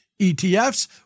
ETFs